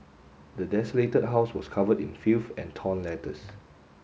the desolated house was covered in filth and torn letters